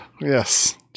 Yes